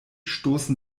stoßen